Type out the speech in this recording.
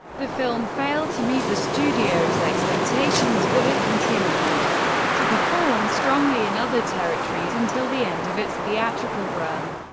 the film failed to meet the studio's expectations, but it continued to perform strongly in other territories until the end of its theatrical run.